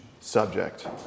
subject